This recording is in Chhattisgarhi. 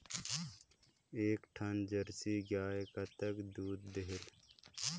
एक ठन जरसी गाय कतका दूध देहेल?